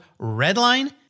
Redline